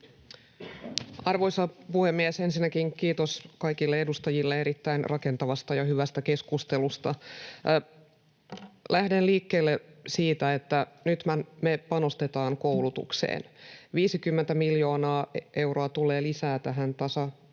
Arvoisa puhemies! Ensinnäkin kiitos kaikille edustajille erittäin rakentavasta ja hyvästä keskustelusta. Lähden liikkeelle siitä, että nythän me panostetaan koulutukseen. 50 miljoonaa euroa tulee lisää tasa-arvorahoitukseen.